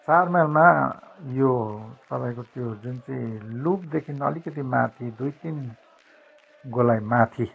चार माइलमा यो तपाईँको त्यो जुन चाहिँ लुपदेखि अलिकति माथि दुई तिन गोलाई माथि